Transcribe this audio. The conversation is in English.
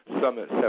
Summit